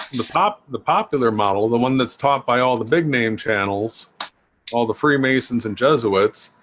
the pop the popular model the one that's taught by all the big-name channels all the freemasons and jesuits